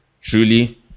truly